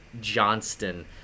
Johnston